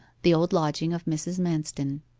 the old lodging of mrs. manston.